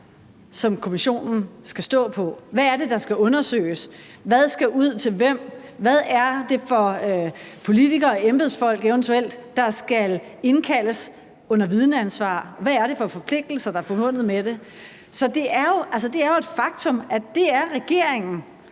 som kommissionen skal stå på. Hvad er det, der skal undersøges? Hvad skal ud til hvem? Hvad er det for politikere og embedsfolk, eventuelt, der skal indkaldes under vidneansvar? Hvad er det for forpligtelser, der er forbundet med det? Altså, det er et faktum, at det er regeringen,